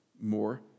more